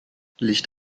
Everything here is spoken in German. licht